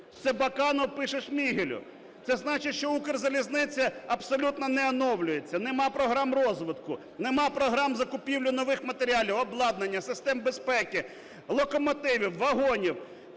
Це Баканов пише Шмигалю. Це значить, що "Укрзалізниця" абсолютно не оновлюється, немає програм розвитку, немає програм закупівлі нових матеріалів, обладнання, систем безпеки, локомотивів, вагонів,